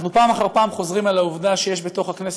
אנחנו פעם אחר פעם חוזרים על העובדה שיש בכנסת